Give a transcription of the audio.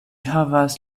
havas